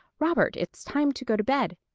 robert, it's time to go to bed,